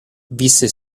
visse